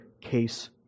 Case